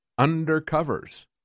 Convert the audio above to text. Undercovers